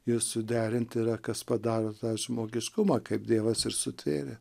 juos suderinti yra kas padaro tą žmogiškumą kaip dievas ir sutvėrė